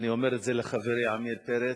אני אומר את זה לחברי עמיר פרץ.